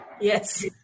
yes